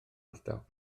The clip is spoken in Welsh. ardal